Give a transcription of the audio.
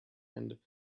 and